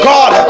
God